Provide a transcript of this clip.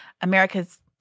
America's